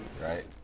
right